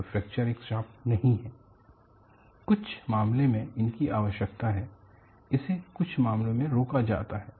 common applications of fracture fracture prevention कुछ मामलों में इसकी आवश्यकता है इसे कुछ मामलों में रोका जाता है